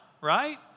right